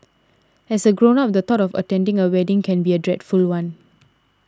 as a grown up the thought of attending a wedding can be a dreadful one